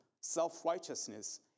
self-righteousness